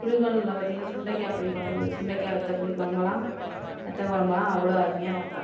புளி குழம்புல பார்த்திங்கனா சுண்டைக்காய் புளி குழம்பு சுண்டைக்காய் வத்த புளி குழம்புலாம் வத்த குழம்புலாம் அவ்வளோ அருமையாக வைப்பேன்